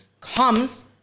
comes